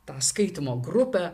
tą skaitymo grupę